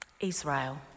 israel